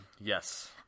Yes